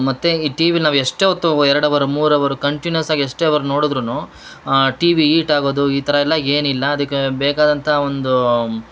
ಮತ್ತು ಈ ಟಿವಿಲ್ಲಿ ನಾವು ಎಷ್ಟೇ ಹೊತ್ತು ಎರಡು ಅವರ್ ಮೂರು ಅವರು ಕಂಟಿನ್ಯೂಸ್ ಆಗಿ ಎಷ್ಟೇ ಅವರ್ ನೋಡುದರೂನು ಟಿವಿ ಈಟ್ ಆಗೋದು ಈ ಥರ ಎಲ್ಲ ಏನಿಲ್ಲ ಅದಕ್ಕೆ ಬೇಕಾದಂಥ ಒಂದು